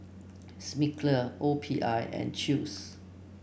Smiggle O P I and Chew's